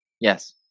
Yes